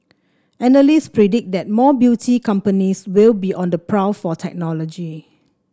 analysts predict that more beauty companies will be on the prowl for technology